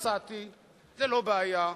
מצאתי, זה לא בעיה.